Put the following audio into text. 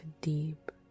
deep